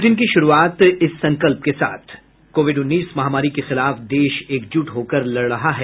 bulletin की शुरूआत से पहले ये संकल्प कोविड उन्नीस महामारी के खिलाफ देश एकजुट होकर लड़ रहा है